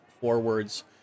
forwards